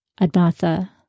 Admatha